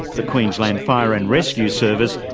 the queensland fire and rescue service,